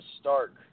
Stark